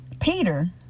Peter